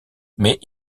mais